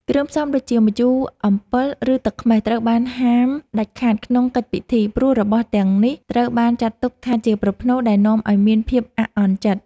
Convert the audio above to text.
គ្រឿងផ្សំដូចជាម្ជូរអំពិល ឬទឹកខ្មេះត្រូវបានហាមដាច់ខាតក្នុងកិច្ចពិធី ព្រោះរបស់ទាំងនេះត្រូវបានចាត់ទុកថាជាប្រផ្នូលដែលនាំឱ្យមានភាពអាក់អន់ចិត្ត។